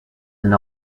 and